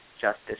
justice